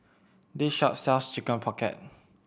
this shop sells Chicken Pocket